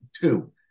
two